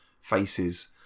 faces